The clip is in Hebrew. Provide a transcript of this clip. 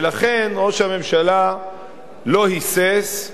ולכן ראש הממשלה לא היסס,